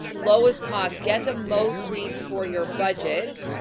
lowest cost, get the most leads for your budget.